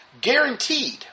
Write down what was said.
guaranteed